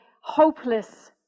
hopeless